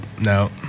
No